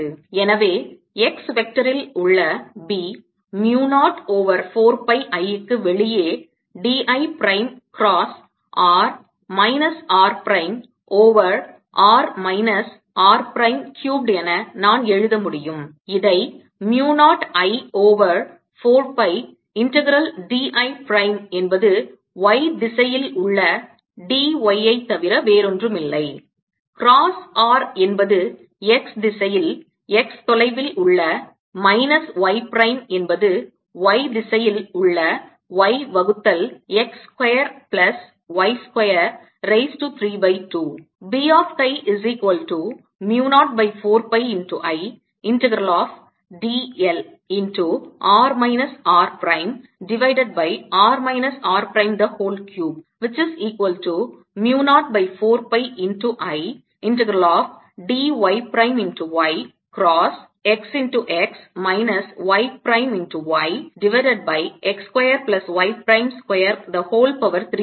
எனவே x வெக்டரில் உள்ள B mu 0 over 4 pi I க்கு வெளியே d I prime cross r minus r prime over r minus r prime cubed என நான் எழுத முடியும் இதை mu 0 I over 4 pi integral d I prime என்பது y திசையில் உள்ள d y ஐ தவிர வேறொன்றுமில்லை cross r என்பது x திசையில் x தொலைவில் உள்ள மைனஸ் y பிரைம் என்பது y திசையில் உள்ள y வகுத்தல் x square plus y square raise to 3 by 2